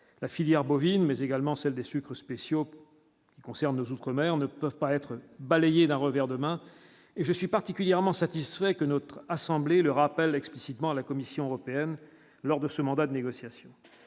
la filière bovine, mais également celle des sucres spéciaux qui concernent nos outre-mer ne peuvent pas être balayés d'un revers de main, et je suis particulièrement satisfait que notre assemblée le rappelle explicitement à la Commission européenne lors de ce mandat de négociation,